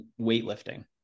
weightlifting